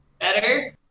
better